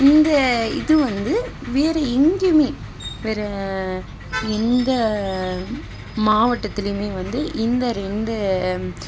இந்த இது வந்து வேறே எங்கேயுமே வேறே எந்த மாவட்டத்துலேயுமே வந்து இந்த ரெண்டு